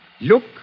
look